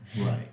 Right